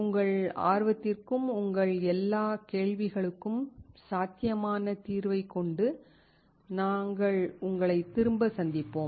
உங்கள் ஆர்வத்திற்கும் உங்கள் எல்லா கேள்விகளுக்கும் சாத்தியமான தீர்வைக் கொண்டு நாங்கள் உங்களைத் திரும்ப சந்திப்போம்